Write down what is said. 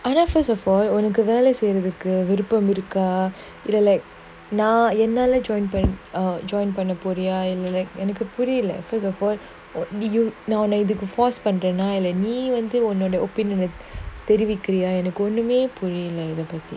I now first of all உனக்குவேலசெய்றதுக்குவிருப்பம்இருக்காஇல்லஎன்னால:unaku vela seirathuku virupam iruka illa ennala join like now பண்ணபோறியாஎன்னன்னுஎனக்குபுரியல:panna porianu ennanu enaku puriala first of all நான்உன்னஇதுக்கு:nan unna idhuku opinion daily weekly or நீஉன்னோடவிருப்பத்தைதெரிவிகிரியாஒண்ணுமேபுரியலஎனக்கு:nee unnoda virupatha therivikiria onnume puriala enakku